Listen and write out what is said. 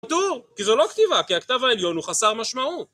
פטור, כי זו לא כתיבה, כי הכתב העליון הוא חסר משמעות.